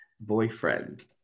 boyfriend